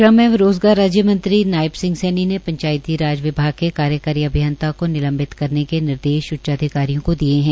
श्रम एवं रोजगार राज्य मंत्री नायब सिंह सैनी ने पंचायती राज विभाग के कार्यकारी अभियंता को निलम्बित करने के निर्देश उच्चाधिकारियों को दिये है